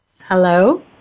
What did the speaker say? Hello